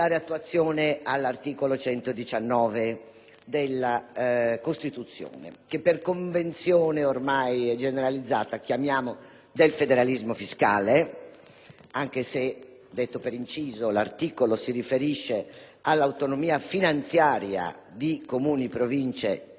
della Costituzione che, per convenzione ormai generalizzata, chiamiamo del federalismo fiscale anche se, detto per inciso, l'articolo si riferisce all'autonomia finanziaria di Comuni, Province, Città metropolitane e Regioni.